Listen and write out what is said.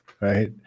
right